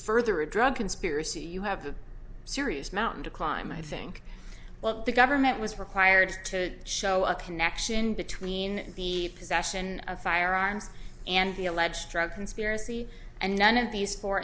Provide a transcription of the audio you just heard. further a drug conspiracy you have a serious mountain to climb i think well the government was required to show a connection between the possession of firearms and the alleged drug conspiracy and none of these four